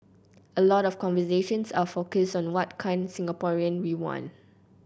a lot of conversations are focused on what kind Singaporean we want